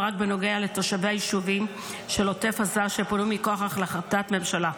ורק בנוגע לתושבי היישובים של עוטף עזה שפונו מכוח החלטת ממשלה.